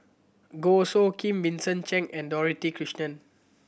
Goh Soo Khim Vincent Cheng and Dorothy Krishnan